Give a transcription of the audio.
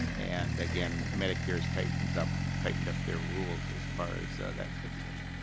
and again medicare is tightened up tightened up their rules as far as that's concerned.